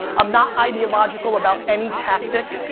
i'm not ideological about any tactic,